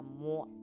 more